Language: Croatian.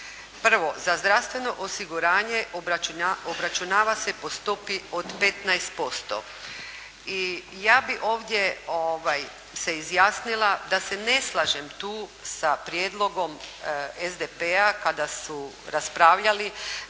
1. za zdravstveno osiguranje obračunava se po stopi od 15%. I ja bih ovdje se izjasnila da se ne slažem tu sa prijedlogom SDP-a kada su raspravljali